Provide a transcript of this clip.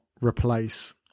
replace